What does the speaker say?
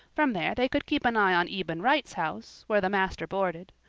from there they could keep an eye on eben wright's house, where the master boarded.